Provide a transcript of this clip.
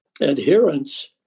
adherence